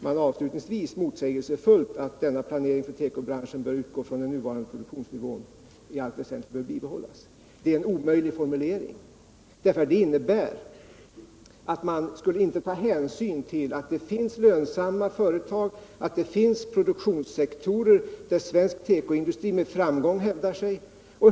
Men avslutningsvis säger de motsägelsefullt: ”Denna planering för tekobranschen bör utgå från att nuvarande produktionsnivå i allt väsentligt bör bibehållas.” Det är en omöjlig formulering. Den innebär att man inte skulle ta hänsyn till att det finns lönsamma företag, att det finns produktionssektorer där svensk tekoindustri med framgång hävdar sig.